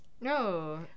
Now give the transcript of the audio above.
No